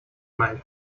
mal